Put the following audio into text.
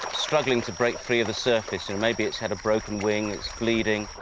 struggling to break free of the surface. and maybe it's had a broken wing, it's bleeding.